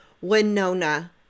Winona